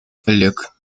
коллег